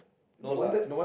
no lah